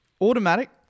automatic